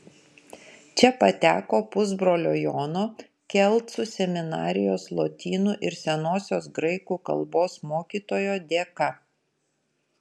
čia pateko pusbrolio jono kelcų seminarijos lotynų ir senosios graikų kalbos mokytojo dėka